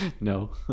No